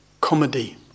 comedy